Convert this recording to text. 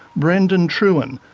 brendan trewin,